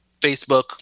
Facebook